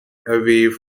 aviv